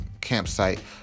campsite